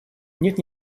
нет